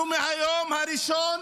אנחנו מהיום הראשון